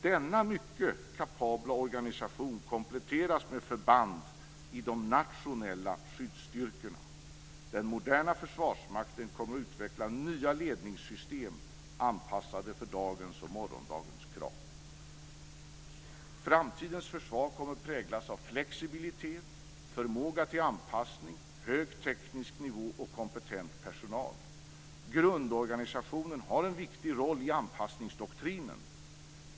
Denna mycket kapabla organisation kompletteras med förband i de nationella skyddsstyrkorna. Den moderna Försvarsmakten kommer att utveckla nya ledningssystem anpassade för dagens och morgondagens krav. Framtidens försvar kommer att präglas av flexibilitet, förmåga till anpassning, hög teknisk nivå och kompetent personal. Grundorganisationen har en viktig roll i anpassningsdoktrinen.